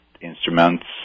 instruments